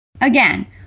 Again